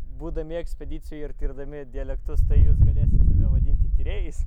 būdami ekspedicijoj ir tirdami dialektus tai jūs galėsit vadinti tyrėjais